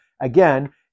again